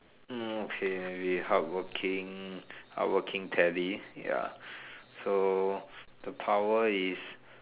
hmm okay maybe hardworking hardworking tally ya so the power is